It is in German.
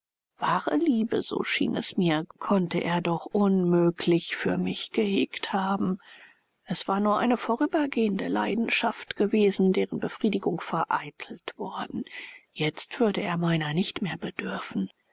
wahre liebe so schien es mir konnte er doch unmöglich für mich gehegt haben es war nur eine vorübergehende leidenschaft gewesen deren befriedigung vereitelt worden jetzt würde er meiner nicht mehr bedürfen